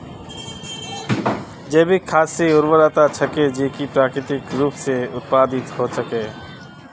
जैविक खाद वे उर्वरक छेक जो कि प्राकृतिक रूप स उत्पादित हछेक